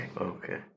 Okay